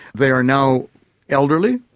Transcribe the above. they are now elderly.